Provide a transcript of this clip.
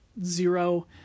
zero